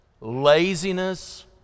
laziness